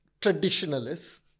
traditionalists